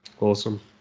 Awesome